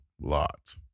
lot